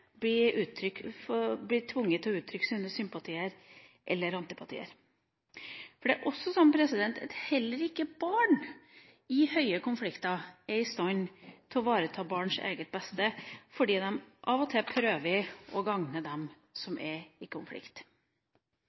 blir tvunget til å uttrykke sine sympatier eller antipatier. For heller ikke barn i store konflikter er i stand til å ivareta sitt eget beste, fordi de av og til prøver å gagne dem som er i konflikt.